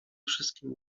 wszystkim